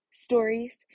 stories